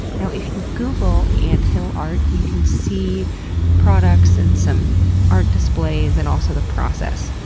you know if you google anthill art, you can see products and some art displays and also the process.